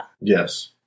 Yes